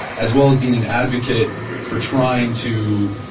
as well as being an advocate for trying to,